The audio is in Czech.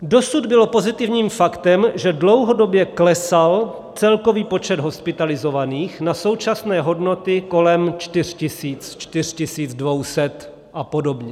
Dosud bylo pozitivním faktem, že dlouhodobě klesal celkový počet hospitalizovaných na současné hodnoty kolem 4 tisíc, 4 200 a podobně.